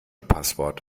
passwort